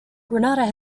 grenada